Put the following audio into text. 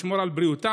לשמור על בריאותם,